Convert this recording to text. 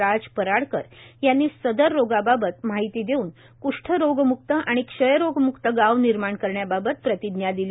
राज पराडकर यांनी सदर रोगाबाबत माहिती देवून क्ष्ठरोगम्क्त आणि क्षयरोगमुक्त गाव निर्माण करण्याबाबत प्रतिज्ञा दिली